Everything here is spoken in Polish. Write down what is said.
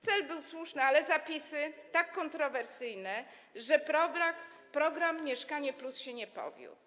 Cel był słuszny, ale zapisy tak kontrowersyjne, że program „Mieszkanie+” się nie powiódł.